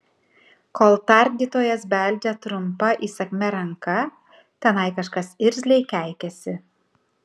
kol tardytojas beldžia trumpa įsakmia ranka tenai kažkas irzliai keikiasi